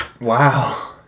Wow